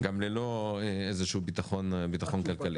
גם ללא איזשהו ביטחון כלכלי.